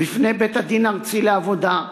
בפני בית-הדין הארצי לעבודה,